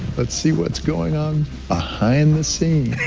let's see what's going on behind the scenes.